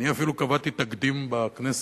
אני אפילו קבעתי תקדים בכנסת,